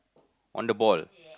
on the ball